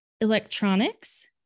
electronics